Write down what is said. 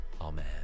Amen